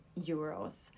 euros